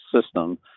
system